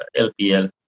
LPL